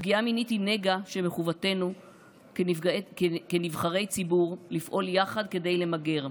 פגיעה מינית היא נגע שמחובתנו כנבחרי ציבור לפעול יחד כדי למגר,